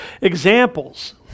Examples